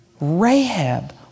Rahab